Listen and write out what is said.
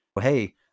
Hey